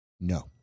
No